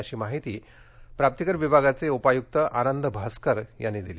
अशी माहिती आयकर विभागाचे उपायुक्त आनंद भास्कर यांनी दिली